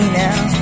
now